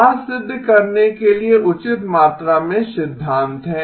वहाँ सिद्ध करने के लिए उचित मात्रा में सिद्धांत है